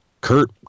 Kurt